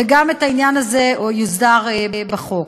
גם העניין הזה יוסדר בחוק.